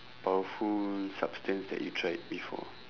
powerful substance that you tried before